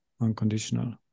unconditional